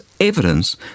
evidence